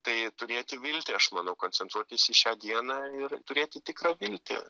tai turėti viltį aš manau koncentruotis į šią dieną ir turėti tikrą viltį